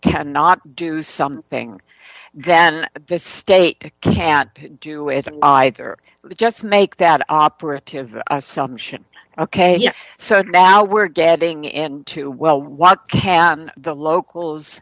cannot do something then the state can't do it either just make that operative assumption ok so now we're getting in too well what can the locals